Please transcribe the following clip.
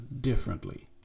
differently